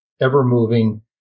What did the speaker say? ever-moving